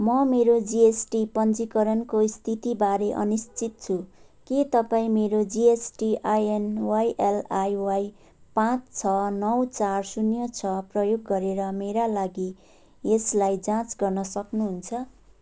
म मेरो जिएसटी पञ्जीकरणको स्थितिबारे अनिश्चित छु के तपाईँ मेरो जिएसटिआइएन वाइएलआइवाई पाँच छ नौ चार शून्य छ प्रयोग गरेर मेरा लागि यसलाई जाँच गर्न सक्नुहुन्छ